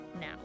now